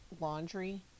laundry